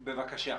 בבקשה.